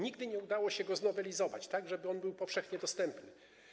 Nigdy nie udało się go znowelizować, żeby on był powszechnie dostępny.